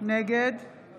נגד